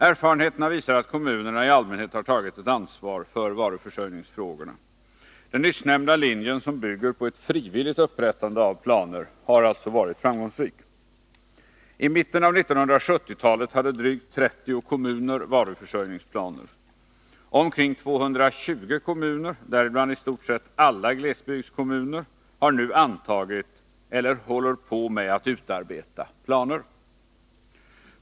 Erfarenheterna visar att kommunerna i allmänhet har tagit ett ansvar för varuförsörjningsfrågorna. Den nyssnämnda linjen, som bygger på ett frivilligt upprättande av planer, har alltså varit framgångsrik. I mitten av 1970-talet hade drygt 30 kommuner varuförsörjningsplaner. Omkring 220 kommuner, däribland i stort sett alla glesbygdskommuner, har nu antagit eller håller på med att utarbeta planer.